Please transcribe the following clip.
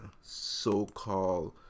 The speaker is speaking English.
so-called